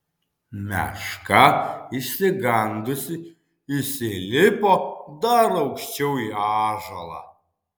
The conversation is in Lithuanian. meška išsigandusi įsilipo dar aukščiau į ąžuolą